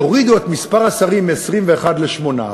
יורידו את מספר השרים מ-21 ל-18,